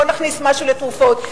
בוא נכניס משהו לתרופות.